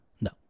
No